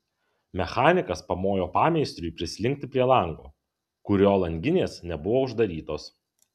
mechanikas pamojo pameistriui prislinkti prie lango kurio langinės nebuvo uždarytos